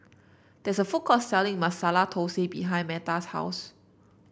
there is a food court selling Masala Thosai behind Metta's house